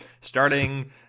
starting